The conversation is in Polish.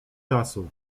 czasu